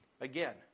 Again